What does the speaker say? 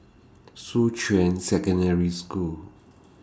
Shuqun Secondary School